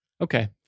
Okay